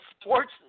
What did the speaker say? sports